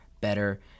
better